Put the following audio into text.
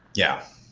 yeah.